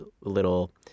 little